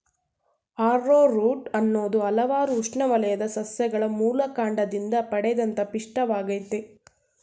arrowroot ಅನ್ನೋದು ಹಲ್ವಾರು ಉಷ್ಣವಲಯದ ಸಸ್ಯಗಳ ಮೂಲಕಾಂಡದಿಂದ ಪಡೆದಂತ ಪಿಷ್ಟವಾಗಯ್ತೆ